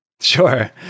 Sure